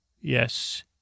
Yes